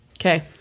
Okay